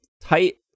tight